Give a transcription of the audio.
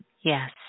Yes